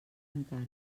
encara